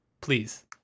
please